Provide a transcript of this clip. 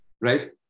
right